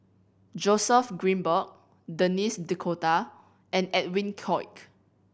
Joseph Grimberg Denis D'Cotta and Edwin Koek